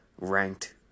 ranked